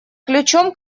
ключом